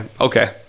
okay